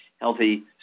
Healthy